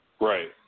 Right